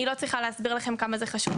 אני לא צריכה להסביר לכם כמה זה חשוב,